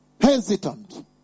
Hesitant